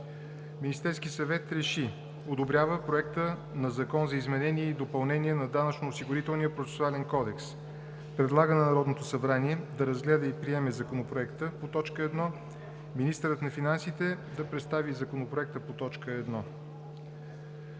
„Министерският съвет РЕШИ: Одобрява Проекта на закон за изменение и допълнение на Данъчно – осигурителния процесуален кодекс. Предлага на Народното събрание да разгледа и приеме Законопроекта по т. 1. Министърът на финансите да представи Законопроекта по т. 1.